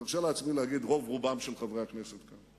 אני מרשה לעצמי להגיד: רוב רובם של חברי הכנסת כאן.